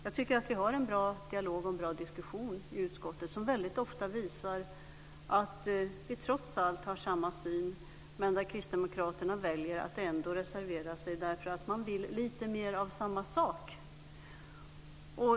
Jag tycker att vi har en bra dialog och en bra diskussion i utskottet, som väldigt ofta visar att vi trots allt har samma syn, men kristdemokraterna väljer att ändå reservera sig därför att man vill lite mer av samma sak.